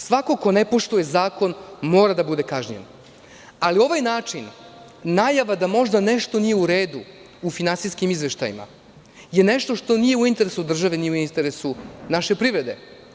Svako ko ne poštuje zakon mora da bude kažnjen, ali ovaj način – najava da možda nešto nije u redu u finansijskim izveštajima, to je nešto što nije u interesu države, nije u interesu naše privrede.